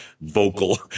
vocal